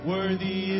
Worthy